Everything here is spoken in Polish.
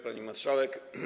Pani Marszałek!